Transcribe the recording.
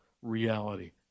reality